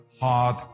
hard